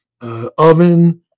oven